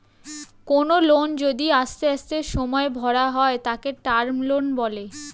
কোনো লোন যদি আস্তে আস্তে সময়ে ভরা হয় তাকে টার্ম লোন বলে